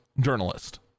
journalist